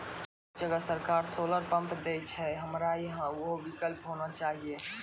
बहुत जगह सरकारे सोलर पम्प देय छैय, हमरा यहाँ उहो विकल्प होना चाहिए?